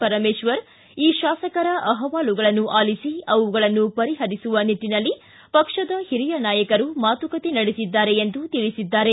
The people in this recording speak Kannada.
ಪರಮೇಶ್ವರ್ ಈ ಶಾಸಕರ ಅಹವಾಲುಗಳನ್ನು ಆಲಿಸಿ ಅವುಗಳನ್ನು ಪರಿಹರಿಸುವ ನಿಟ್ಟನಲ್ಲಿ ಪಕ್ಷದ ಹಿರಿಯ ನಾಯಕರು ಮಾತುಕತೆ ನಡೆಸಿದ್ದಾರೆ ಎಂದು ತಿಳಿಸಿದ್ದಾರೆ